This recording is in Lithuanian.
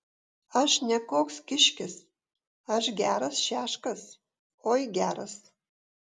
aš ne koks kiškis aš geras šeškas oi geras